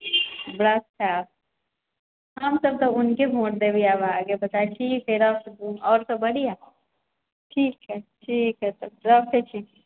हमसब तऽ हुनके वोट देबै अहाँके पते अछि ठीक अछि राखू औरसब बढ़िऑं ठीक इएह ठीक यैह तब रखय छी